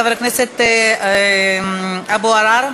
חבר הכנסת אבו עראר.